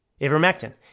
Ivermectin